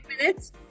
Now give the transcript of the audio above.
minutes